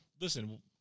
listen